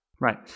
Right